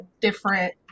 different